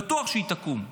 בטוח שהיא תקום.